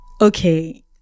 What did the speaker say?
Okay